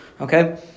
Okay